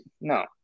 No